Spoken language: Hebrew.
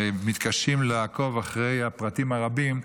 מתקשים לעקוב אחרי הפרטים הרבים,